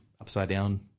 upside-down